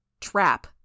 Trap